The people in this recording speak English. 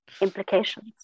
implications